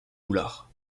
goulard